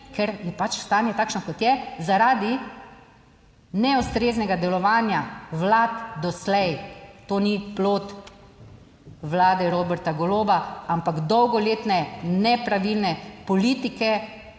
ker je pač stanje takšno, kot je, zaradi neustreznega delovanja vlad doslej. To ni plod vlade Roberta Goloba, ampak dolgoletne, nepravilne politike,